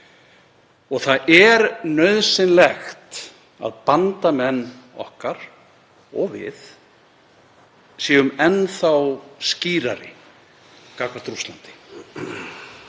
og það er nauðsynlegt að bandamenn okkar og við séum enn skýrari gagnvart Rússlandi.